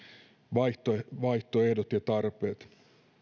vaihtoehdot vaihtoehdot ja tarpeet